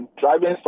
driving